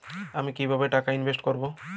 আমি কিভাবে টাকা ইনভেস্ট করব?